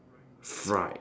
fried